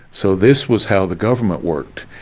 so this was how the government worked.